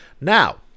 Now